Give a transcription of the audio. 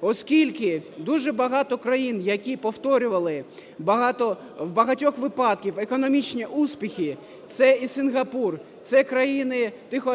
Оскільки дуже багато країн, які повторювали в багатьох випадках економічні успіхи, це і Сінгапур, це країни Тихо…